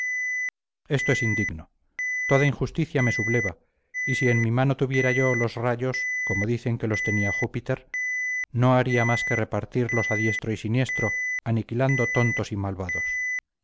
es indigno toda injusticia me subleva y si en mi mano tuviera yo los rayos como dicen que los tenía júpiter no haría más que repartirlos a diestro y siniestro aniquilando tontos y malvados